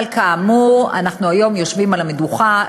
אבל כאמור אנחנו היום יושבים על המדוכה,